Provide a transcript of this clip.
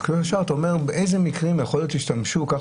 ואז אתה אומר: באיזה מקרים יכול להיות שהשתמשו כך